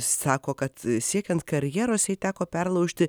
sako kad siekiant karjeros jai teko perlaužti